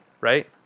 right